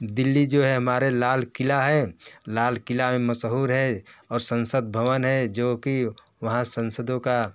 दिल्ली जो है हमारे लाल क़िला है लाल क़िला में मशहूर है और संसद भवन है जो कि वहाँ सांसदो का